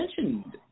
mentioned